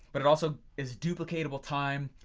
but it also is duplicatable time,